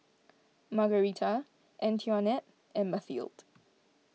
Margarita Antionette and Mathilde